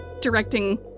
directing